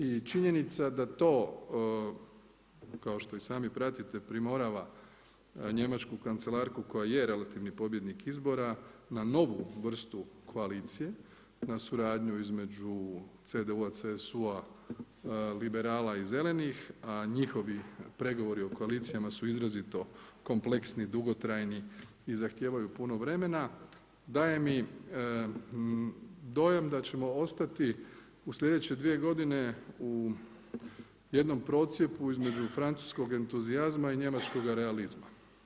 I činjenica da to kao što i sami pratite primorava njemačku kancelarku koja je relativni pobjednik izbora na novu vrstu koalicije, na suradnju između CDU-a, CSU-a, Liberala i Zelenih a njihovi pregovori o koalicijama su izrazito kompleksni, dugotrajni i zahtijevaju puno vremena, daje mi dojam da ćemo ostati u slijedeće dvije godine u jednom procjepu između francuskoga entuzijazma i njemačkoga realizma.